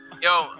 Yo